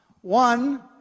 One